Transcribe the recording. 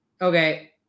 Okay